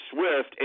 Swift